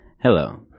Hello